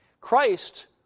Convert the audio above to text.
Christ